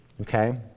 Okay